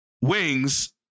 Wings